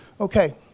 Okay